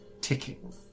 ticking